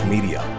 Media